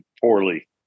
poorly